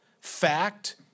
fact